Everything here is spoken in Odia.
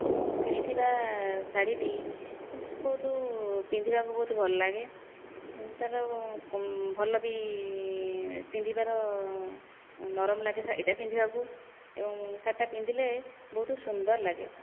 ମୁଁ କିଣିଥିବା ଶାଢ଼ୀଟି ବହୁତ ପିନ୍ଧିବାକୁ ବହୁତ ଭଲ ଲାଗେ ତା'ର ଭଲ ବି ପିନ୍ଧିବାରନରମ ଲାଗେ ଶାଢ଼ୀଟା ପିନ୍ଧିବାକୁ ଏବଂ ଶାଢ଼ୀଟା ପିନ୍ଧିଲେ ବହୁତ ସୁନ୍ଦର ଲାଗେ